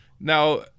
Now